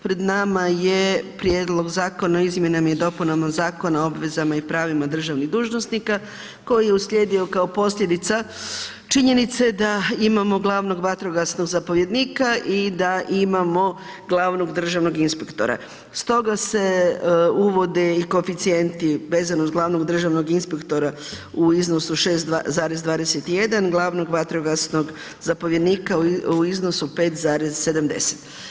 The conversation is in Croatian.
Pred nama je Prijedlog zakona o izmjenama i dopunama Zakona o obvezama i pravima državnih dužnosnika koji je uslijedio kao posljedica činjenice da imamo glavnog vatrogasnog zapovjednika i da imamo glavnog državnog inspektora stoga se uvode koeficijenti vezano uz glavnog državnog inspektora u iznosu 6,21, glavnog vatrogasnog zapovjednika u iznosu 5,70.